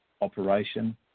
operation